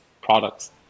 products